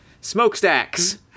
smokestacks